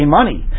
money